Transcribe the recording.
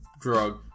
drug